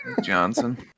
Johnson